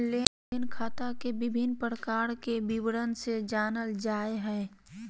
लेन देन खाता के विभिन्न प्रकार के विवरण से जानल जाय हइ